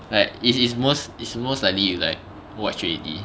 like it is most is most likely you like watch already